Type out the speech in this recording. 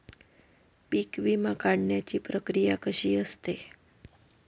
पीक विमा काढण्याची प्रक्रिया कशी असते?